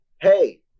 hey